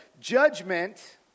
judgment